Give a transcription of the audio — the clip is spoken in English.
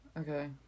okay